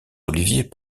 oliviers